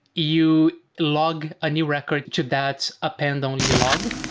you log a new record to that append only log